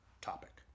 topic